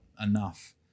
enough